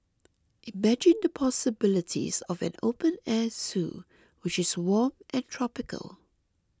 imagine the possibilities of an open air zoo which is warm and tropical